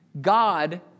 God